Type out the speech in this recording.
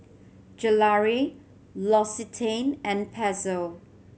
Gelare L'Occitane and Pezzo